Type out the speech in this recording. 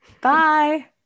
Bye